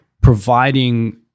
providing